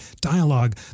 dialogue